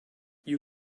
you